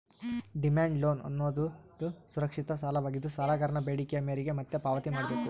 demand loan ಅನ್ನೋದುದು ಸುರಕ್ಷಿತ ಸಾಲವಾಗಿದ್ದು, ಸಾಲಗಾರನ ಬೇಡಿಕೆಯ ಮೇರೆಗೆ ಮತ್ತೆ ಪಾವತಿ ಮಾಡ್ಬೇಕು